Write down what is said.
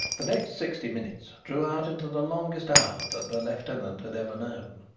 the next sixty minutes drew out into the longest hour that the lieutenant had ever known.